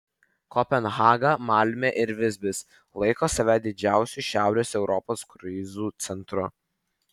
kopenhaga malmė ir visbis laiko save didžiausiu šiaurės europos kruizų centru